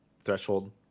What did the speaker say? threshold